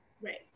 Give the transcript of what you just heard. right